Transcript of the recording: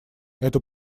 эту